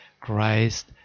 Christ